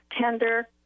tender